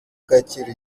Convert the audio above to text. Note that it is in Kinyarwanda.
kacyiru